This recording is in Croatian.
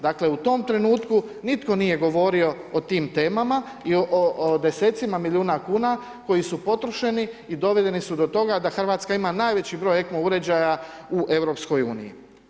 Dakle u tom trenutku nitko nije govorio o tim temama i o desecima milijuna kuna koji su potrošeni i dovedeni su do toga da Hrvatska ima najveći broj ECMO uređaja u EU.